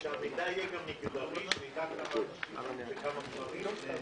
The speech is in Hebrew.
הישיבה ננעלה בשעה 13:29.